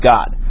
God